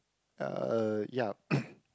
uh ya